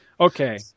Okay